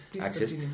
access